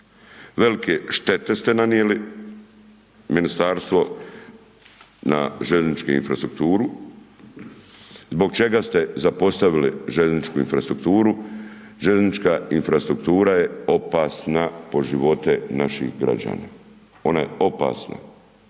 Velke štete ste nanijeli, ministarstvo na željezničku infrastrukturu, zbog čega ste zapostavili željezničku infrastrukturu, željeznička infrastruktura je opasna po živote naših građana, ona je opasna,